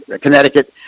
Connecticut